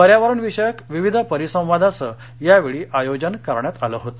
पर्यावरण विषयक विविध परिसंवादांचं यावेळी आयोजन करण्यात आलं होतं